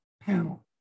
panel